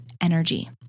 energy